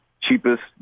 cheapest